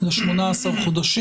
ל-18 חודשים.